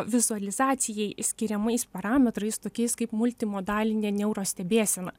vizualizacijai skiriamais parametrais tokiais kaip multimodalinė neuro stebėsena